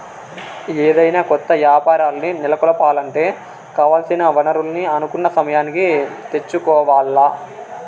ఏదైనా కొత్త యాపారాల్ని నెలకొలపాలంటే కావాల్సిన వనరుల్ని అనుకున్న సమయానికి తెచ్చుకోవాల్ల